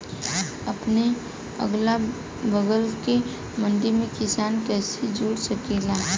अपने अगला बगल के मंडी से किसान कइसे जुड़ सकेला?